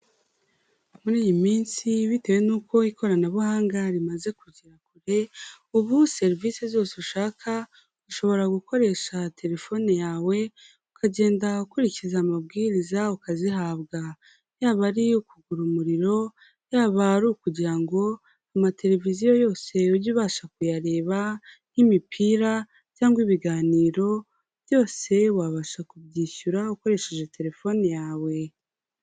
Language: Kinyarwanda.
Muri iyi minsi bitewe n'uko ikoranabuhanga rimaze kugera kure, ubu serivisi zose ushaka, ushobora gukoresha terefone yawe, ukagenda ukurikiza amabwiriza, ukazihabwa. Yaba ari ukugura umuriro, yaba ari ukugira ngo amatereviziyo yose ujye ubasha kuyareba nk'imipira cyangwa ibiganiro, byose wabasha kubyishyura ukoresheje terefone yawe.